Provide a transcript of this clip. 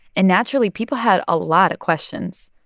and naturally, people had a lot of questions.